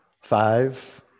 Five